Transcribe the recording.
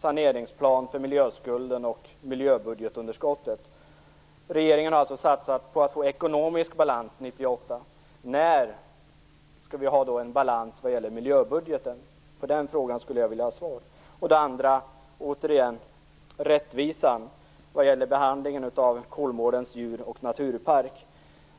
saneringsplan för miljöskulden och miljöbudgetunderskottet. Regeringen har satsat på att få ekonomisk balans 1998. När skall vi få en balans i miljöbudgeten? Jag skulle vilja ha ett svar på den frågan. Den andra frågan gällde rättvisan i behandlingen av Kolmårdens djurpark.